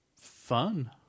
fun